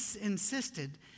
insisted